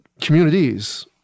communities